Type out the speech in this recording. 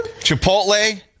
Chipotle